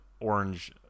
orange